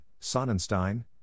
Sonnenstein